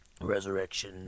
Resurrection